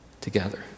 together